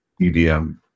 EDM